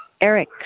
Eric